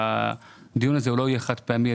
שהדיון לא יהיה חד-פעמי,